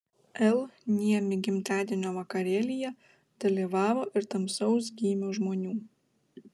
l niemi gimtadienio vakarėlyje dalyvavo ir tamsaus gymio žmonių